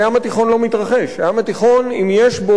הים התיכון, אם יש בו אסון נפט,